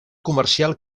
comercial